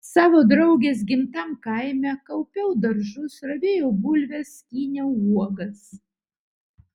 savo draugės gimtam kaime kaupiau daržus ravėjau bulves skyniau uogas